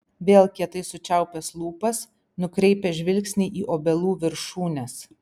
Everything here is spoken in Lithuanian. vėl kietai sučiaupęs lūpas nukreipia žvilgsnį į obelų viršūnes